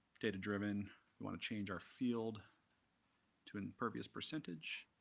data driven we want to change our field to impervious percentage.